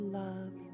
love